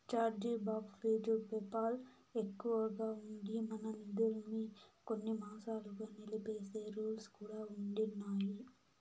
charge back fee PayPal ఎక్కువగా ఉండి, మన నిదుల్మి కొన్ని మాసాలుగా నిలిపేసే రూల్స్ కూడా ఉండిన్నాయి